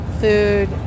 food